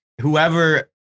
whoever